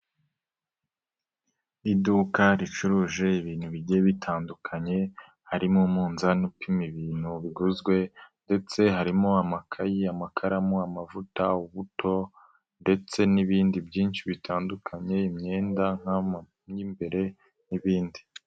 Iduka ricuruje ibintu bigiye bitandukanye, harimo umunzani upima ibintu biguzwe ndetse harimo: amakayi, amakaramu, amavuta, ubuto ndetse n'ibindi byinshi bitandukanye, imyenda nk'amoko y'imbere n'ibindi.